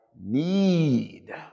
need